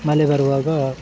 ಮಳೆ ಬರುವಾಗ